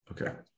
Okay